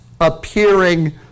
appearing